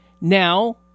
Now